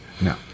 No